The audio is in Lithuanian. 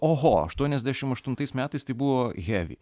oho aštuoniasdešimt aštuntais metais tai buvo hevi